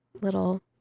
little